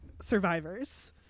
survivors